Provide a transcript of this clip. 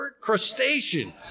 crustacean